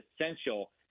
essential